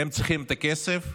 הם צריכים את הכסף,